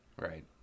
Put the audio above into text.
Right